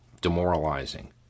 demoralizing